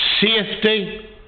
Safety